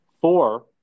Four